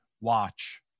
watch